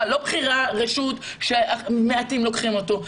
לא קורס בחירה או רשות שמעטים לוקחים אותו.